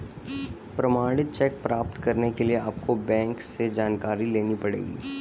प्रमाणित चेक प्राप्त करने के लिए आपको बैंक से जानकारी लेनी पढ़ेगी